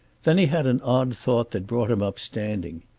then he had an odd thought, that brought him up standing.